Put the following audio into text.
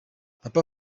papa